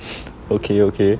okay okay